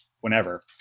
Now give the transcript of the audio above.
whenever